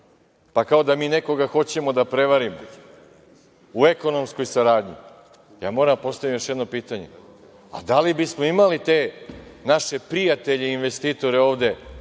pa kao da mi nekoga hoćemo da prevarimo, u ekonomskoj saradnji, moram da postavim još jedno pitanje - a, da li bismo imali te naše prijatelje, investitore ovde,